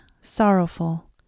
Sorrowful